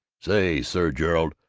say, sir gerald,